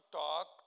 talk